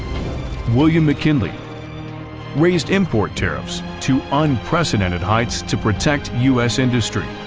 william mckinley raised import tariffs to unprecedented heights to protect us industry,